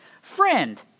friend